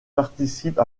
participe